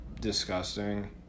disgusting